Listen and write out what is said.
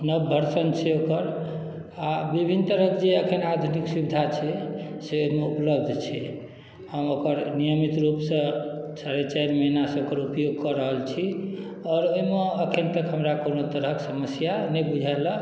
नव वर्सन छै ओकर आ विभिन्न तरहक जे एखन आधुनिक सुविधा छै से ओहिमे उपलब्ध छै हम ओकर नियमित रूपसँ साढ़े चारि महिनासँ ओकर उपयोग कऽ रहल छी आओर ओहिमे एखन तक हमरा कोनो तरहक समस्या नहि बुझाएलए